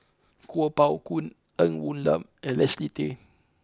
Kuo Pao Kun Ng Woon Lam and Leslie Tay